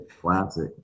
classic